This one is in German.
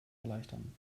erleichtern